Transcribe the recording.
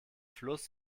fluss